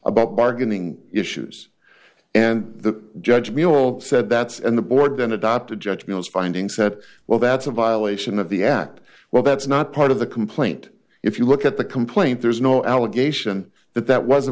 about bargaining issues and the judge me all said that's and the board then adopted judge mills findings that well that's a violation of the act well that's not part of the complaint if you look at the complaint there's no allegation that that was